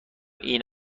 این